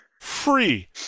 free